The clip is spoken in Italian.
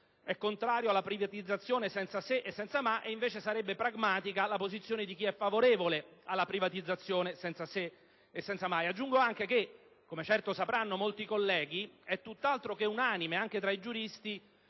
è contrario alla privatizzazione senza se e senza ma, e invece sarebbe pragmatica la posizione di chi è favorevole a tale privatizzazione incondizionata. Aggiungo anche che, come certo molti colleghi sapranno, è tutt'altro che unanime, anche tra i giuristi,